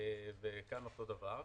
כאן אותו הדבר.